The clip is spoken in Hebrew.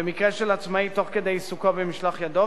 ובמקרה של עצמאי תוך כדי עיסוקו במשלח ידו,